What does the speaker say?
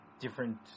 different